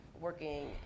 Working